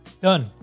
Done